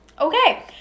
okay